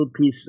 piece